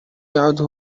يعد